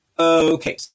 Okay